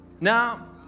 Now